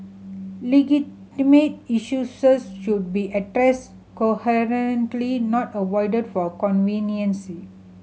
legitimate should be addressed coherently not avoided for convenience